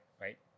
right